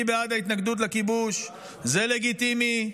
אני בעד ההתנגדות לכיבוש, זה לגיטימי,